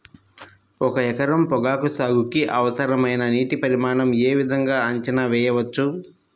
ఒక ఎకరం పొగాకు సాగుకి అవసరమైన నీటి పరిమాణం యే విధంగా అంచనా వేయవచ్చు?